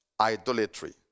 idolatry